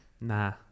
Nah